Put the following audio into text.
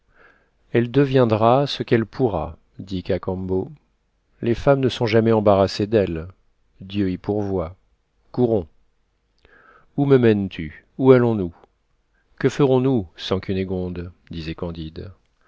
elle deviendra ce qu'elle pourra dit cacambo les femmes ne sont jamais embarrassées d'elles dieu y pourvoit courons où me mènes tu où allons-nous que ferons-nous sans cunégonde disait candide